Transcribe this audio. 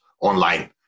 online